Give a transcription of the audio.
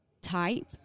type